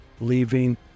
leaving